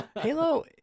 Halo